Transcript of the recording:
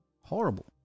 Horrible